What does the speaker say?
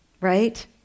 right